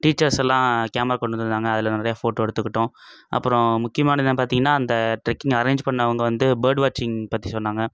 teachers எல்லாம் camera கொண்டு வந்திருந்தாங்க அதில் ஃபோட்டோ எடுத்துக்கிட்டோம் அப்பறம் முக்கியமானது என்ன பார்த்திங்கனா அந்த ட்ரக்கிங் அரேஞ்ச் பண்ணவங்க வந்து பேர்ட் வாட்சிங் பற்றி சொன்னாங்க